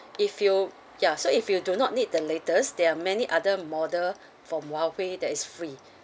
if you ya so if you do not need the latest there are many other model from Huawei that is free